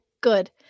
good